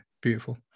beautiful